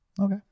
Okay